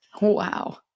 Wow